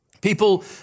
People